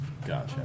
Gotcha